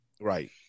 right